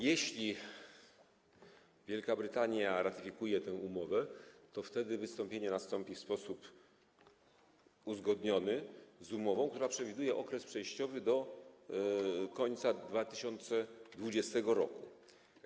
Jeśli Wielka Brytania ratyfikuje tę umowę, to wtedy wystąpienie nastąpi w sposób uzgodniony, zgodny z umową, która przewiduje okres przejściowy do końca 2020 r.